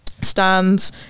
stands